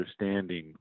understanding